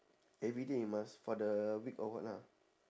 everyday you must for the week or what lah